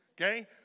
Okay